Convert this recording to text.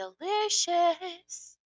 delicious